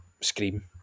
Scream